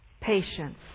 patience